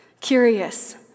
curious